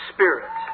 Spirit